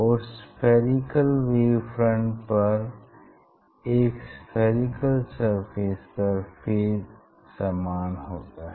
और spherical wave front पर एक स्फीयरिकल सरफेस पर फेज समान होता है